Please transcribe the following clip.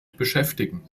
beschäftigen